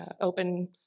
open